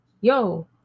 yo